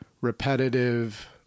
repetitive